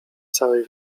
całej